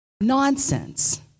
nonsense